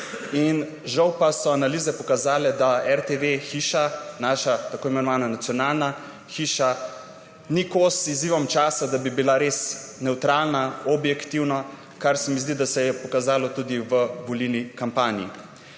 Žal pa so analize pokazale, da RTV hiša, naša tako imenovana nacionalna hiša ni kos izzivom časa, da bi bila res nevtralna, objektivna, kar se mi zdi, da se je pokazalo tudi v volilni kampanji.